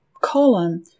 column